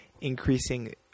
increasing